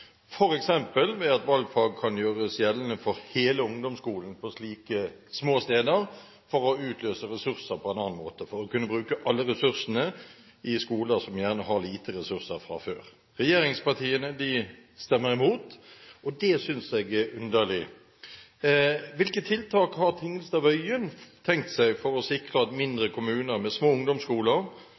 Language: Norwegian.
ved at valgfag på slike små steder kan gjøres gjeldende for hele ungdomsskolen for å utløse ressurser på en annen måte, slik at man skal kunne bruke alle ressursene i skoler som gjerne har lite ressurser fra før. Regjeringspartiene stemmer imot, og det synes jeg er underlig. Hvilke tiltak har Tingelstad Wøien tenkt seg for å sikre at mindre kommuner med små ungdomsskoler